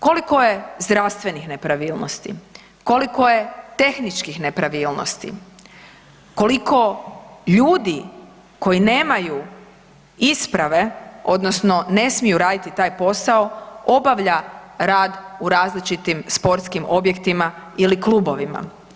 Koliko je zdravstvenih nepravilnosti, koliko je tehničkih nepravilnosti, koliko ljudi koji nemaju isprave odnosno ne smiju raditi taj posao obavlja rad u različitim sportskim objektima ili klubovima?